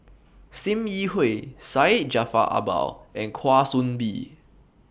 SIM Yi Hui Syed Jaafar Albar and Kwa Soon Bee